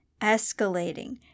escalating